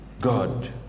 God